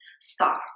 start